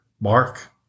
Mark